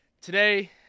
Today